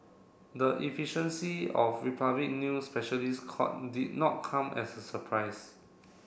the efficiency of Republic new specialist court did not come as a surprise